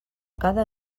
cada